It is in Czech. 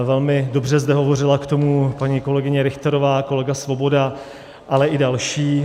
Velmi dobře zde hovořila k tomu paní kolegyně Richterová, kolega Svoboda, ale i další.